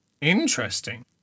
Interesting